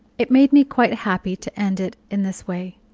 it made me quite happy to end it in this way.